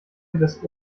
übers